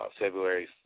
February